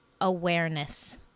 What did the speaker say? Awareness